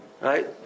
right